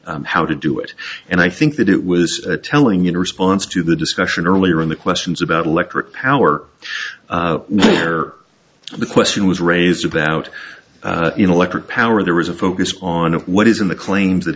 way how to do it and i think that it was telling in response to the discussion earlier in the questions about electric power or the question was raised about electric power there was a focus on what is in the claims that